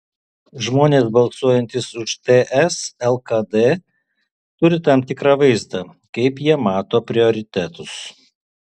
žmonės balsuojantys už ts lkd turi tam tikrą vaizdą kaip jie mato prioritetus